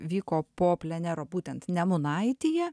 vyko po plenero būtent nemunaityje